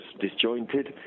disjointed